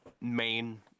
main